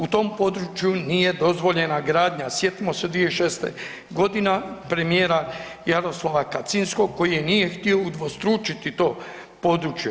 U tom području nije dozvoljena gradnja, sjetimo se 2006. g. premijera Jaroslawa Kaczynskog koji nije htio udvostručiti to područje.